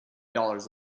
dollars